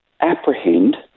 apprehend